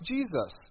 Jesus